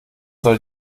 soll